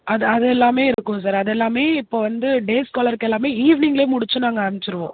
அதை அது எல்லாமே இருக்கும் சார் அது எல்லாமே இப்போ வந்து டேஸ் ஸ்காலர்க்கு எல்லாமே ஈவினிங்ல முடிச்சி நாங்கள் அனுப்ச்சிருவோம்